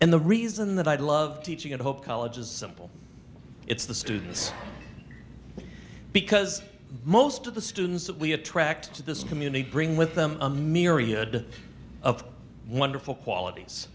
and the reason that i'd love to teach in hope college is simple it's the students because most of the students that we attract to this community bring with them a myriad of wonderful qualities